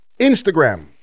Instagram